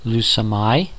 Lusamai